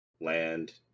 land